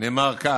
נאמר כך,